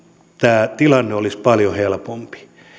tämä tilanne olisi paljon helpompi